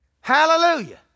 Hallelujah